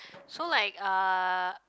so like uh